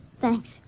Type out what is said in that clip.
thanks